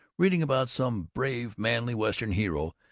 reading about some brave manly western hero,